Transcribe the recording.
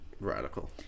Radical